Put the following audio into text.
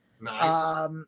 Nice